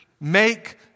make